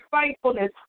faithfulness